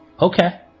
Okay